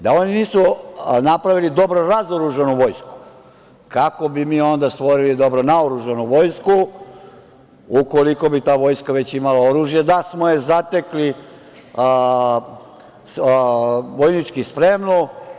Da oni nisu napravili dobro razoružanu Vojsku kako bi mi onda stvorili dobro naoružanu Vojsku, ukoliko bi ta Vojska već imala oružje, da smo je zatekli vojnički spremnu?